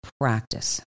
practice